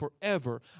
forever